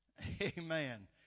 Amen